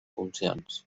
funcions